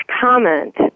comment